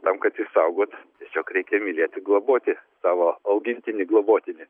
tam kad išsaugot tiesiog reikia mylėti globoti savo augintinį globotinį